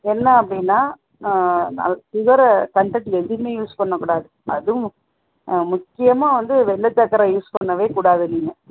என்ன அப்படினா sugar content எதுவும் யூஸ் பண்ணக்கூடாது அதுவும் முக்கியமாக வந்து வெள்ளை சக்கரை யூஸ் பண்ணவே கூடாது நீங்கள்